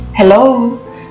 Hello